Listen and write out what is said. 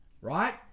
right